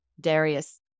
Darius